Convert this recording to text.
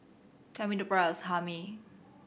tell me the price of Hae Mee